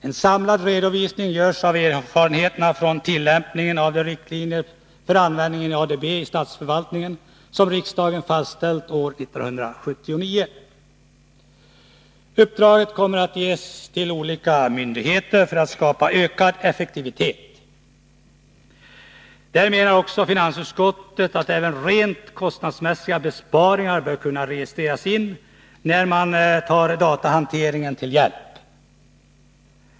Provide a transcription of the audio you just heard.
En samlad redovisning görs av erfarenheterna från tillämpningen av de riktlinjer för användningen av ADB i statsförvaltningen som riksdagen fastställde år 1979. Uppdrag kommer att ges till olika myndigheter för att skapa ökad effektivitet. Där menar också finansutskottet att även rent kostnadsmässiga besparingar bör kunna registreras när man tar datahanteringen till hjälp.